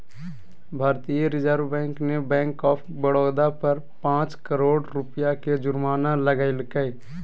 भारतीय reserve bank ने bank of Baroda पर पांच करोड़ रुपया के जुर्माना लगैलके